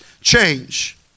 change